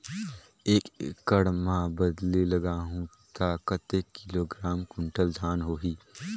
एक एकड़ मां बदले लगाहु ता कतेक किलोग्राम कुंटल धान होही?